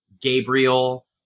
Gabriel